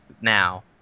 now